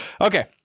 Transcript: Okay